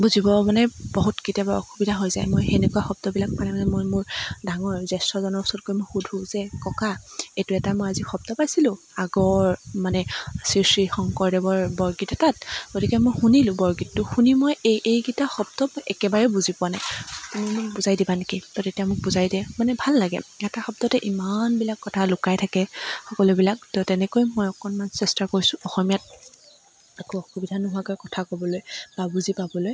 বুজিব মানে বহুত কেতিয়াবা অসুবিধা হৈ যায় মই সেনেকুৱা শব্দবিলাক পালে মানে মই মোৰ ডাঙৰ জ্যেষ্ঠজনৰ ওচৰত গৈ মই সোধোঁ যে ককা এইটো এটা আজি মই শব্দ পাইছিলোঁ আগৰ মানে শ্ৰী শ্ৰী শংকৰদেৱৰ বৰগীত এটাত গতিকে মই শুনিলোঁ বৰগীতটো শুনি মই এই এইকিটা শব্দ একেবাৰে বুজি পোৱা নাই তুমি মোক বুজাই দিবা নেকি তো তেতিয়া মোক বুজাই দিয়ে মানে ভাল লাগে এটা শব্দতে ইমানবিলাক কথা লুকাই থাকে সকলোবিলাক তো তেনেকৈ মই অকণমান চেষ্টা কৰিছোঁ অসমীয়াত একো অসুবিধা নোহোৱাকৈ কথা ক'বলৈ বা বুজি পাবলৈ